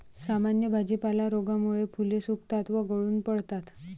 सामान्य भाजीपाला रोगामुळे फुले सुकतात व गळून पडतात